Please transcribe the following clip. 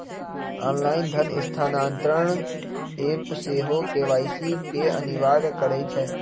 online धन स्थानान्तरण app सेहो के.वाई.सी के अनिवार्ज करइ छै